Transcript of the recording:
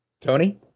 Tony